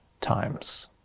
times